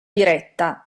diretta